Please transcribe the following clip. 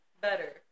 Better